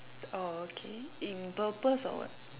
orh okay in purpose or what